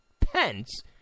Pence